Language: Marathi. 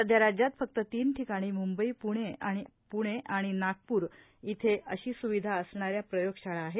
सध्या राज्यात फक्त तीन ठिकाणी म्ंबई प्णे आणि नागपूर इथे अशी स्विधा असणाऱ्या प्रयोगशाळा आहेत